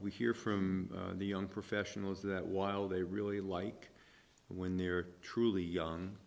we hear from the young professionals that while they really like when they are truly young